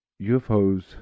UFOs